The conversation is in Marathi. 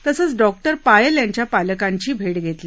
तसंच डॉक्टर पायल यांच्या पालकांची भेट घेतली